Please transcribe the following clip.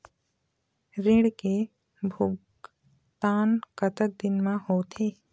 ऋण के भुगतान कतक दिन म होथे?